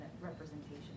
representation